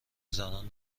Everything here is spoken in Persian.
زنان